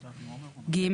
(ג)